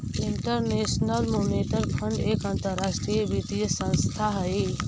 international monetary fund एक अंतरराष्ट्रीय वित्तीय संस्थान हई